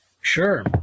Sure